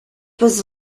was